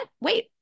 Wait